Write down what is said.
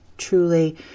truly